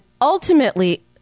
ultimately